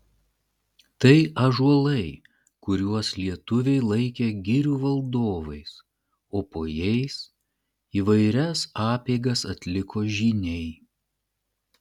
tai ąžuolai kuriuos lietuviai laikė girių valdovais o po jais įvairias apeigas atliko žyniai